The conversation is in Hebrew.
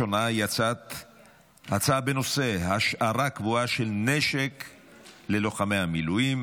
(תיקון, הגדלת הסכום המרבי להפקדה